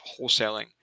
wholesaling